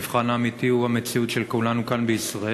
המבחן האמיתי הוא המציאות של כולנו כאן בישראל,